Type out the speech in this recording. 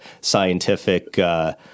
scientific –